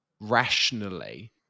rationally